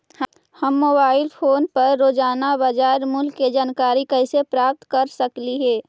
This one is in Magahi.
हम मोबाईल फोन पर रोजाना बाजार मूल्य के जानकारी कैसे प्राप्त कर सकली हे?